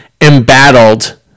embattled